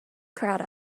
crowd